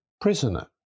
prisoner